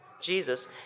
Jesus